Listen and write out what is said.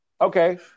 okay